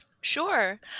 Sure